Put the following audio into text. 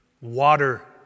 water